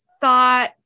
thought